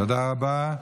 תודה רבה.